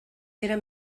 era